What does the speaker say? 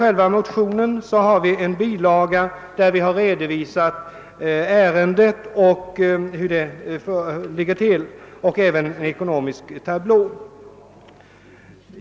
Till motionen har fogats en bilaga, där vi har redovisat hur ärendet ligger till, och även en ekonomisk tablå.